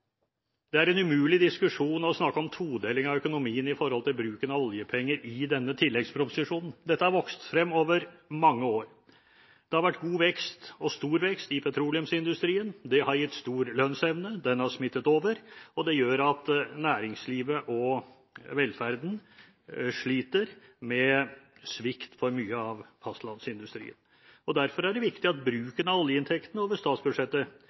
Det er en umulig diskusjon å snakke om todeling av økonomien når det gjelder bruken av oljepenger i denne tilleggsproposisjonen. Dette har vokst frem over mange år. Det har vært god og stor vekst i petroleumsindustrien. Det har gitt stor lønnsevne. Den har smittet over, og det gjør at næringslivet og velferden sliter med svikt i mye av fastlandsindustrien. Derfor er det viktig at bruken av oljeinntektene over statsbudsjettet